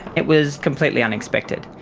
it was completely unexpected.